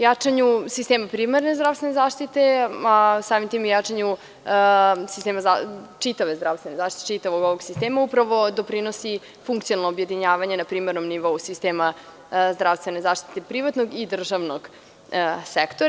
Jačanju sistema privremene zdravstvene zaštite, a samim tim i jačanju sistema čitave zdravstvene zaštite, čitavog ovog sistema, upravo doprinosi funkcionalno objedinjavanje na primarnom nivou sistema zdravstvene zaštite privatnog i državnog sektora.